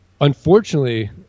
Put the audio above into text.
Unfortunately